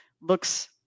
looks